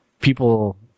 People